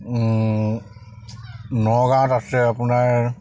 নগাঁৱত আছে আপোনাৰ